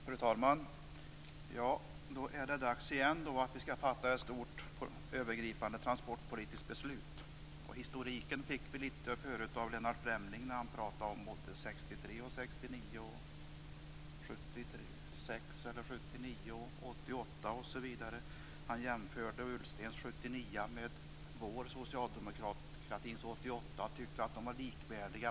Fru talman! Då är det återigen dags att fatta ett stort övergripande transportpolitiskt beslut. Historiken fick vi förut av Lennart Fremling när han pratade om både 1963, 1969, 1976 eller 1979, 1988 osv. Han jämförde Ullstens 1979 med socialdemokratins 1988 och tyckte att de var likvärdiga.